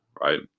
right